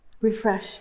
refresh